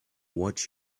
what